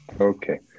Okay